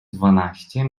dwanaście